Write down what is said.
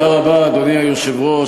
אדוני היושב-ראש,